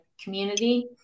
community